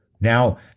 Now